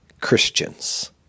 Christians